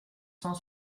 cent